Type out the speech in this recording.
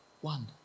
One